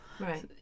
Right